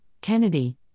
Kennedy